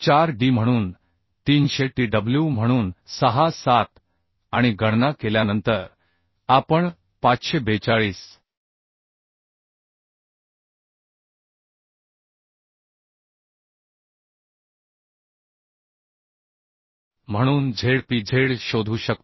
4 D म्हणून 300 T W म्हणून 6 7 आणि गणना केल्यानंतर आपण 542 म्हणून z p z शोधू शकतो